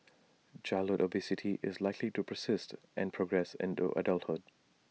childhood obesity is likely to persist and progress into adulthood